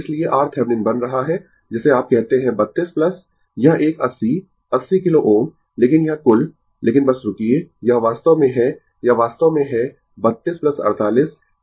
इसलिए RThevenin बन रहा है जिसे आप कहते है 32 यह एक 80 80 किलो Ω लेकिन यह कुल लेकिन बस रूकिये यह वास्तव में है यह वास्तव में है 32 48